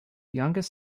youngest